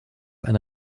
eine